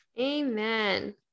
Amen